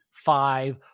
Five